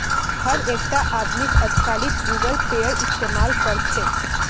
हर एकटा आदमीक अजकालित गूगल पेएर इस्तमाल कर छेक